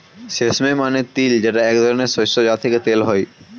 sesame মানে তিল যেটা এক ধরনের শস্য যা থেকে তেল হয়